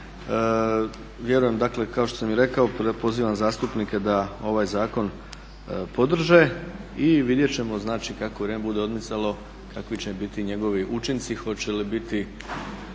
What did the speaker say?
Vjerujem dakle kao što sam i rekao, pozivam zastupnike da ovaj zakon podrže i vidjet ćemo znači kako vrijeme bude odmicalo kakvi će biti njegovi učinci i hoće li biti